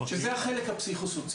שזה החלק הפסיכו-סוציאלי.